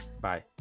Bye